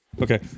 Okay